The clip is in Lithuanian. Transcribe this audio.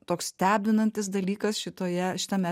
toks stebinantis dalykas šitoje šitame